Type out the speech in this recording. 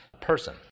person